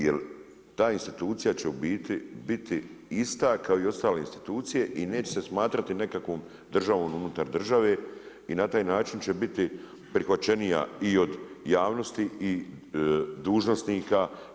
Jer ta institucija će u biti biti ista kao i ostale institucije i neće se smatrati nekakvom državom unutar države i na taj način će biti prihvaćenija i od javnosti i dužnosnika.